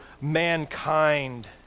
mankind